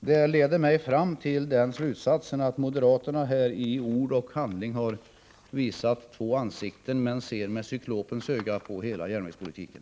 Detta leder mig fram till slutsatsen att moderaterna i ord och handling har visat två ansikten samtidigt som de ser med cyklopens öga på hela järnvägspolitiken.